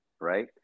right